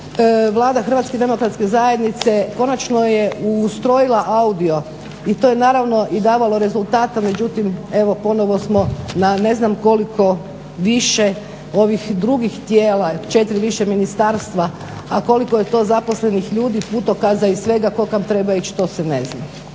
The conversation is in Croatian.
Vlada HDZ-a konačno je ustrojila audio, i to je naravno davalo rezultata međutim, ponovno smo na ne znam koliko više ovih drugih tijela, 4 više ministarstva, a koliko je to zaposlenih ljudi, putokaza, tko kuda treba ići to se ne zna.